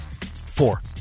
Four